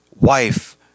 wife